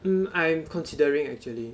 um I'm considering actually